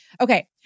Okay